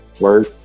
work